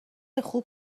خوب